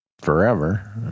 forever